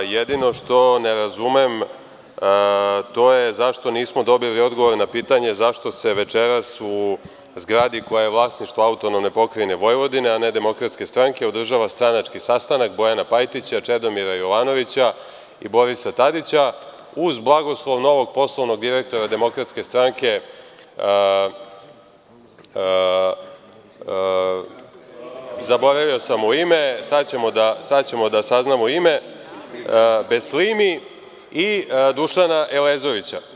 Jedino što ne razumem, to je zašto nismo dobili odgovore na pitanja – zašto se večeras u zgradi koja je vlasništvo AP Vojvodine, a ne DS-a, održava stranački sastanak Bojana Pajtića, Čedomira Jovanovića i Borisa Tadića, uz blagoslov novog poslovnog direktora DS-a, zaboravio sam mu ime, sada ćemo da saznamo ime, Beslini, i Dušana Elezovića.